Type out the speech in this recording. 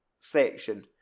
section